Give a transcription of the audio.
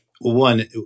one